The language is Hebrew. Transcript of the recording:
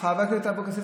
חברת הכנסת אבקסיס,